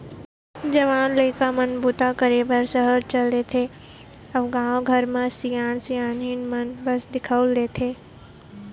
जवान लइका मन बूता करे बर सहर चल देथे अउ गाँव घर म सियान सियनहिन मन बस दिखउल देथे